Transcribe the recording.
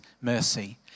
mercy